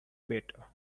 better